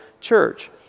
church